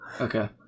Okay